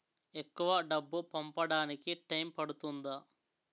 ఎక్కువ డబ్బు పంపడానికి టైం పడుతుందా?